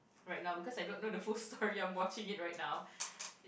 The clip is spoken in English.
right now because I don't know the full story I'm watching it right now